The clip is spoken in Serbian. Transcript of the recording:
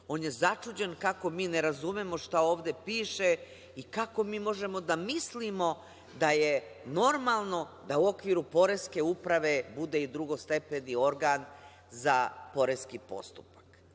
on je začuđen kako mi ne razumemo šta ovde piše i kako mi možemo da mislimo da je normalno da u okviru poreske uprave bude i drugostepeni organ za poreski postupak. Pa,